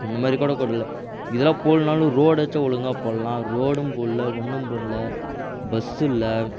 இந்தமாதிரி கூட போடலை இதெல்லாம் போடலனாலும் ரோடாச்சும் ஒழுங்காக போடலாம் ரோடும் போடல ஒன்றும் போடல பஸ்ஸு இல்லை